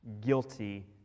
guilty